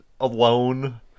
alone